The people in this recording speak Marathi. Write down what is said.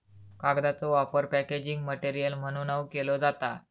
कागदाचो वापर पॅकेजिंग मटेरियल म्हणूनव केलो जाता